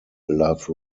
love